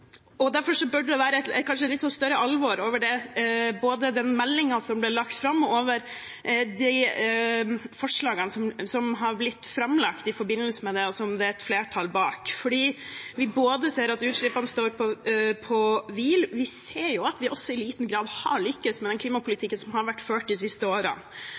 med. Derfor bør det kanskje være litt større alvor over både den meldingen som ble lagt fram, og de forslagene som har blitt framlagt i forbindelse med det, og som det er et flertall bak. Vi ser både at utslippene står på stedet hvil og også at vi i liten grad har lyktes med den klimapolitikken som har vært ført de siste årene.